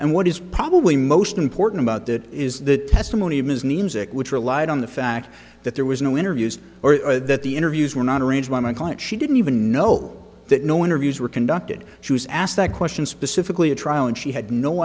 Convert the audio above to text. and what is probably most important about that is that testimony of ms names that which relied on the fact that there was no interviews or that the interviews were not arranged by my client she didn't even know no interviews were conducted she was asked that question specifically a trial and she had no